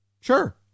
sure